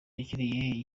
yakiniye